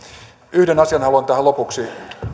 yhden asian haluan tähän lopuksi